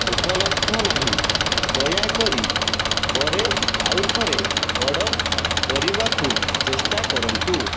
ଉପଲବ୍ଧ ନାହିଁ ଦୟାକରି ପରେ ଆଉଥରେ ଅର୍ଡ଼ର୍ କରିବାକୁ ଚେଷ୍ଟା କରନ୍ତୁ